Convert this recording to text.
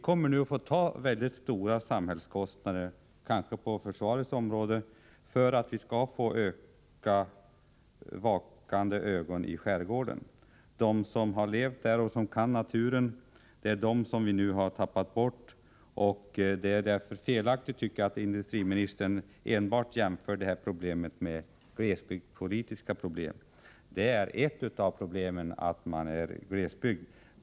Kostnaderna för samhället — kanske på försvarets område — kommer att bli väldigt stora om vi skall kunna få mera av vakande ögon i skärgården. De människor som levt där och som kan naturen har vi nu gått miste om. Det är därför felaktigt att, som industriministern gör, enbart jämföra de här problemen med de glesbygdspolitiska problemen. Visserligen är ett problem att det just är fråga om glesbygd.